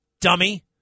dummy